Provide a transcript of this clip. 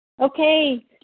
Okay